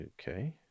Okay